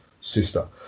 sister